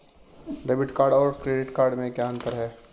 Debit card और credit card में क्या अंतर है?